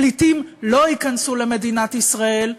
פליטים לא ייכנסו למדינת ישראל,